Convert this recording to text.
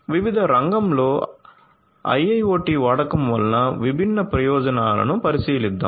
విద్యుత్ రంగంలో IIoT వాడకం వల్ల విభిన్న ప్రయోజనాలను పరిశీలిద్దాం